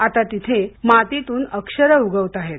आता तिथं मातीतून अक्षरं उगवताहेत